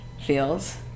feels